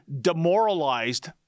demoralized